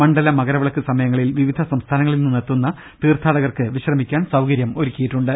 മണ്ഡല മകരവിളക്ക് സമയങ്ങളിൽ വിവിധ സംസ്ഥാനങ്ങളിൽ നിന്നെത്തുന്ന തീർത്ഥാടകർക്ക് വിശ്രമിക്കാൻ സൌകര്യം ഒരുക്കിയിട്ടുണ്ട്